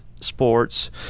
sports